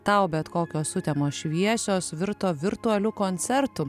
tau bet kokios sutemos šviesios virto virtualiu koncertu